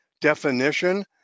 definition